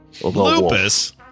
Lupus